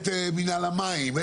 את מנהל המים,